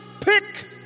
pick